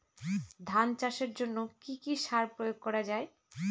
ধান চাষের জন্য কি কি সার প্রয়োগ করা য়ায়?